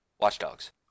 watchdogs